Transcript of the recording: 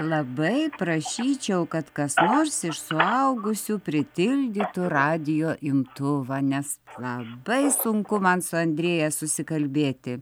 labai prašyčiau kad kas nors iš suaugusių pritildytų radijo imtuvą nes labai sunku man su andrėja susikalbėti